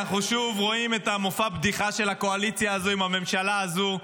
אנחנו שוב רואים את המופע בדיחה של הקואליציה הזו עם הממשלה הזו.